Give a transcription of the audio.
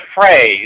phrase